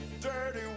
dirty